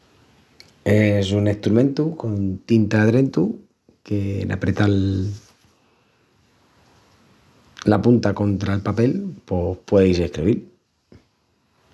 Es un estrumentu con tinta drentu qu’en apretal la punta contra’l papel pos pueis escrevil.